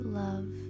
love